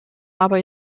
aber